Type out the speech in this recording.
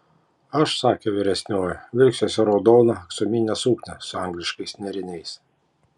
aš sakė vyresnioji vilksiuosi raudoną aksominę suknią su angliškais nėriniais